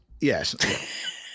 Yes